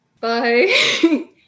Bye